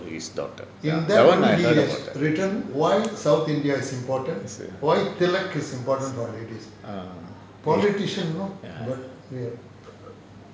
to his daughter ya that [one] I heard about that